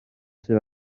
sydd